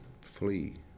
flee